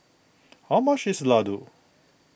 how much is Ladoo